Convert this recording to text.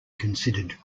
considered